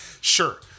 Sure